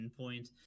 endpoint